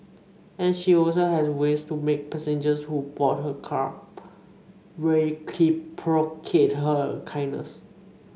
and she also has ways to make passengers who board her cab reciprocate her kindness